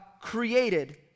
created